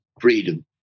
freedom